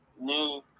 new